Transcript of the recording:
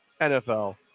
NFL